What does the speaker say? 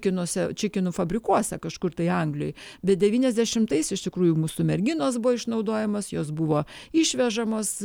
kinuose čia kinų fabrikuose kažkur tai anglijoj bet devyniasdešimtais iš tikrųjų mūsų merginos buvo išnaudojamos jos buvo išvežamos